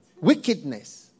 wickedness